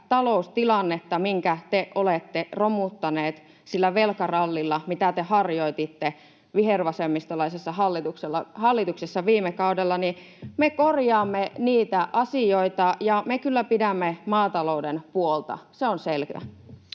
taloustilannetta, minkä te olette romuttaneet sillä velkarallilla, mitä te harjoititte vihervasemmistolaisessa hallituksessa viime kaudella. Me korjaamme niitä asioita, ja me kyllä pidämme maatalouden puolta, se on selvää.